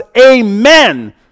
amen